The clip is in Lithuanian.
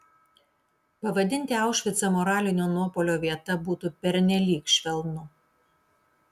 pavadinti aušvicą moralinio nuopuolio vieta būtų pernelyg švelnu